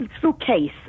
suitcase